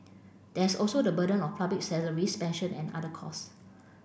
there is also the burden of public salaries pension and other cost